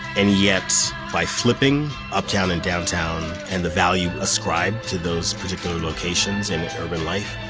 and yet by flipping uptown and downtown and the value ascribed to those particular locations and urban life,